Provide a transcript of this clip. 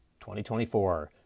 2024